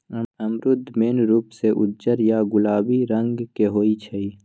अमरूद मेन रूप से उज्जर या गुलाबी रंग के होई छई